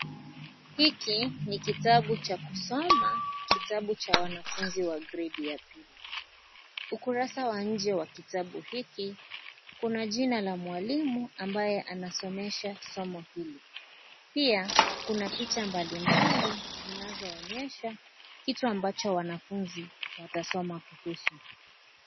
Hiki ni kitabu cha kusoma kitabu cha wanafunzi wa gredi ya pili, ukurasa wa nje wa kitabu hiki kuna jina la mwalimu ambaye anasomesha somo hili, pia kuna picha mbalimbali zinazoonyesha kitu ambacho wanafunzi watasoma kuhusu.